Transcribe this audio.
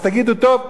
אז תגידו: טוב,